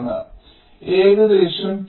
അതിനാൽ ഏകദേശം 2